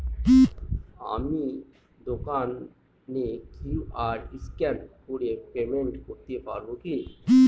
আমি দোকানে QR scan করে পেমেন্ট করতে পারবো কি?